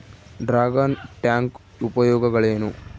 Dragon tank ಉಪಯೋಗಗಳೇನು?